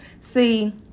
See